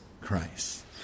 Christ